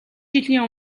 жилийн